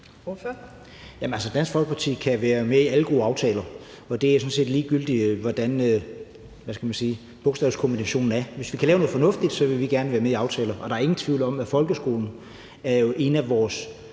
Dansk Folkeparti kan være med i alle gode aftaler, og det er sådan set ligegyldigt, hvordan bogstavkombinationen er. Hvis vi kan lave noget fornuftigt, vil vi gerne være med i aftaler. Og der er ingen tvivl om, at folkeskolen jo er en af vores